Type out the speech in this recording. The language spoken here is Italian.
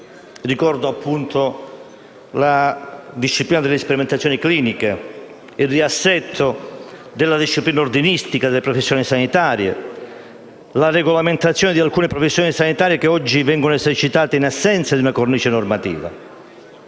ricordo la disciplina delle sperimentazioni cliniche, il riassetto della disciplina ordinistica delle professioni sanitarie e la regolamentazione di alcune professioni sanitarie che oggi vengono esercitate in assenza di una cornice normativa.